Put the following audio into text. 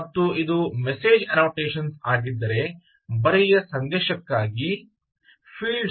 ಮತ್ತು ಇದು message annotations ಆಗಿದ್ದರೆ ಬರಿಯ ಸಂದೇಶಕ್ಕಾಗಿ ಫೀಲ್ಡ್ಸ್ ಎಂದೂ ಕರೆಯಲ್ಪಡುತ್ತವೆ